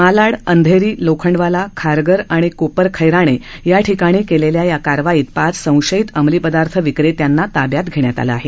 मालाड अंधेरी लोखंडवाला खारघर आणि कोपरखैराणे या ठिकाणी केलेल्या या कारवाईत पाच संशयीत अंमलीपदार्थ विक्रेत्यांना ताब्यात घेण्यात आलं आहे